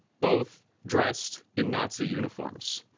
both dressed in nazi uniforms.